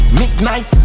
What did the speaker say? midnight